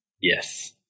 Yes